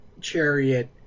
chariot